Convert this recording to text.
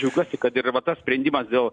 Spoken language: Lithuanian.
džiaugiuosi kad ir va tas sprendimas dėl